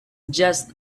just